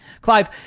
Clive